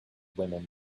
women